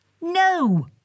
No